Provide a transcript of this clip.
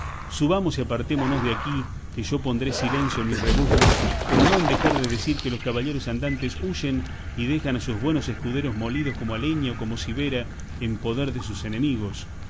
subamos y apartémonos de aquí que yo pondré silencio en mis rebuznos pero no en dejar de decir que los caballeros andantes huyen y dejan a sus buenos escuderos molidos como alheña o como cibera en poder de sus enemigos